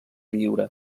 lliure